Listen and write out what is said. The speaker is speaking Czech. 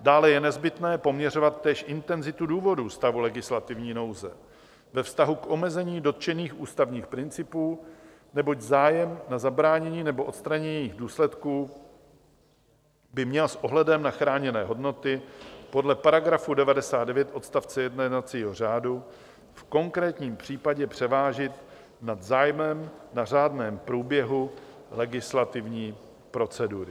Dále je nezbytné poměřovat též intenzity důvodů stavu legislativní nouze ve vztahu k omezení dotčených ústavních principů, neboť zájem na zabránění nebo odstranění důsledků by měl s ohledem na chráněné hodnoty podle § 99 odst. 1 jednacího řádu v konkrétním případě převážit nad zájmem na řádném průběhu legislativní procedury.